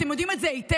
אתם יודעים את זה היטב.